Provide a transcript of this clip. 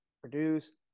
produce